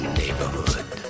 neighborhood